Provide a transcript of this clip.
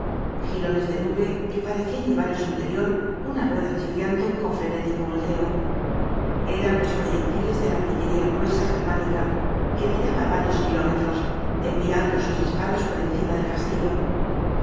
jirones de nube que parecían llevar en su interior una rueda chirriando con frenético volteo eran los proyectiles de la artillería gruesa germánica que tiraba á varios kilómetros enviando sus disparos por encima del castillo